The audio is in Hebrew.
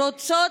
רוצות,